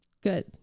good